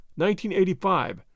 1985